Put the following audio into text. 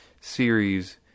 series